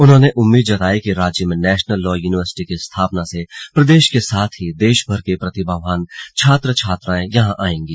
उन्होंने उम्मीद जताई कि राज्य में नेशनल लॉ यूनिवर्सिटी की स्थापना से प्रदेश के साथ ही देश भर के प्रतिभावान छात्र छात्राएं यहां आएंगे